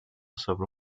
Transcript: sobre